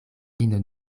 fino